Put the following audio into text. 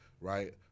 right